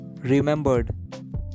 Remembered